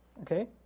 Okay